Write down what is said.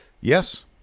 Yes